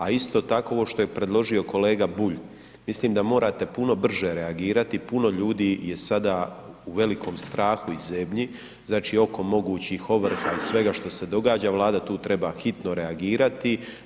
A isto tako ovo što je predložio kolega Bulj, mislim da morate puno brže reagirati, puno ljudi je sada u velikom strahu i zebnji oko mogućih ovrha i svega što se događa, Vlada tu treba hitno reagirati.